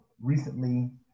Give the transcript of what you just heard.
recently